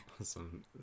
awesome